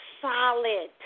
solid